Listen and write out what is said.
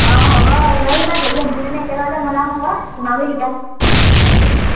অঁ হ'ব লৈ আহিবা তাৰ পাছত দুয়োজনীয়ে একেলগতে বনাম আকৌ তোমাকো শিকাই দিম